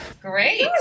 Great